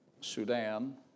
Sudan